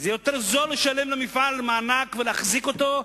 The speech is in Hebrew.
ויותר זול לשלם למפעל מענק ולהחזיק אותו,